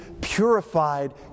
purified